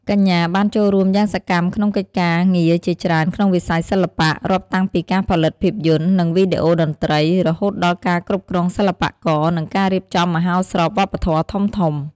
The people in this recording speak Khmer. កញ្ញាបានចូលរួមយ៉ាងសកម្មក្នុងកិច្ចការងារជាច្រើនក្នុងវិស័យសិល្បៈ រាប់តាំងពីការផលិតភាពយន្ត និងវីដេអូតន្ត្រី រហូតដល់ការគ្រប់គ្រងសិល្បករ និងការរៀបចំមហោស្រពវប្បធម៌ធំៗ។